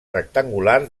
rectangular